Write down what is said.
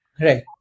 Right